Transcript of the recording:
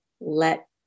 let